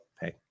hey